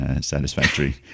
satisfactory